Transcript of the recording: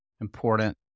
important